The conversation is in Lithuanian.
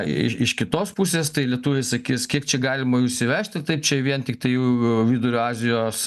i iš kitos pusės tai lietuviai sakys kiek čia galima jų įsivežt ir taip čia vien tiktai jų ų vidurio azijos